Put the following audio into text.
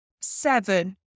seven